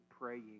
praying